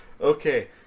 okay